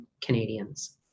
Canadians